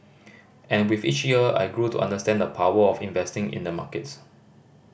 and with each year I grew to understand the power of investing in the markets